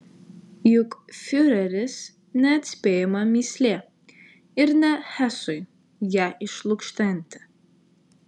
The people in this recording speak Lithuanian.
juk fiureris neatspėjama mįslė ir ne hesui ją išlukštenti